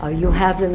ah you have.